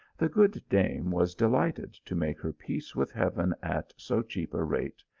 the good dame was delighted to make her peace with heaven at so cheap a rate,